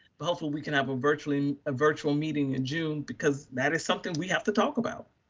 but hopefully we can have a virtually, a virtual meeting in june, because that is something we have to talk about.